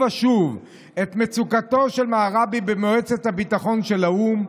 ושוב את מצוקתו של מראבי במועצת הביטחון של האו"ם.